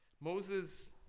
Moses